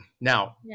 Now